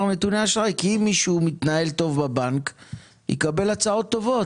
נתוני אשראי כי אם מישהו מתנהל טוב בבנק הוא יקבל הצעות טובות,